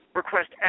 request